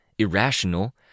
Irrational